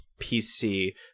PC